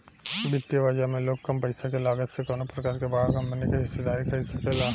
वित्तीय बाजार में लोग कम पईसा के लागत से कवनो प्रकार के बड़ा कंपनी के हिस्सेदारी खरीद सकेला